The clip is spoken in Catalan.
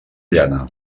llana